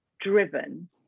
driven